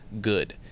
Good